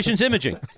imaging